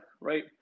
right